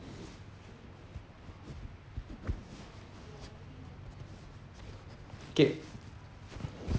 okay